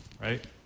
right